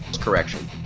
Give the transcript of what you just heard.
correction